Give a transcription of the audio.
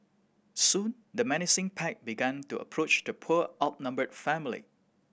soon the menacing pack began to approach the poor outnumbered family